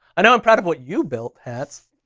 and i'm proud of what you built hatts.